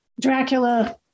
Dracula